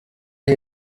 iyi